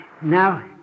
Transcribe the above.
Now